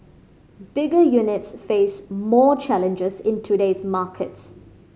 bigger units face more challenges in today's market